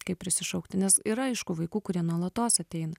kaip prisišaukti nes yra aišku vaikų kurie nuolatos ateina